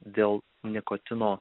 dėl nikotino